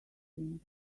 things